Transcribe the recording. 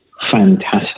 fantastic